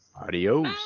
Adios